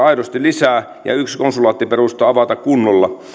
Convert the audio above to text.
aidosti lisää ja yksi konsulaatti perustaa avata kunnolla